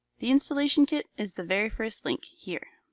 the installation kit is the very first link here.